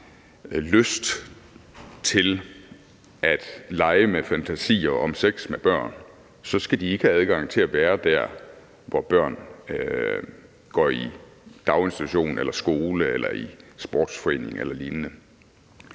lyst til at lege med fantasier om sex med børn, så skal de ikke have adgang til at være der, hvor børn går i daginstitution eller skole eller i sportsforening eller lignende.